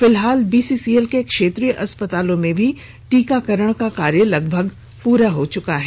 फिलहाल बीसीसीएल के क्षेत्रीय अस्पतालों में भी टीकाकरण का कार्य लगभग पुरा हो चुका है